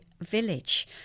village